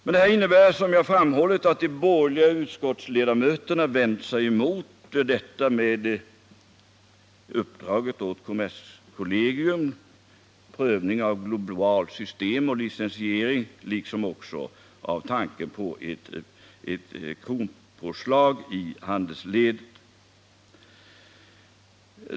Men detta innebär, som jag framhållit, att de borgerliga utskottsledamöterna vänt sig mot detta med uppdrag åt kommerskollegium, prövning av globalt system och licensiering liksom också tanken på ett kronpåslag i handelsledet.